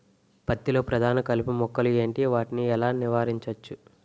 పత్తి లో ప్రధాన కలుపు మొక్కలు ఎంటి? వాటిని ఎలా నీవారించచ్చు?